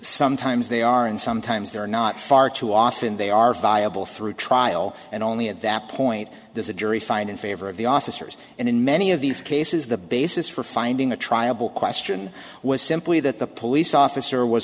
sometimes they are and sometimes there are not far too often they are viable through trial and only at that point does a jury find in favor of the officers and in many of these cases the basis for finding a triable question was simply that the police officer was